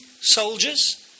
Soldiers